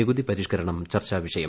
നികുതി പരിഷ്ക്കരണം ചർച്ചാവിഷയം